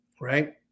right